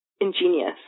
ingenious